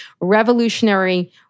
revolutionary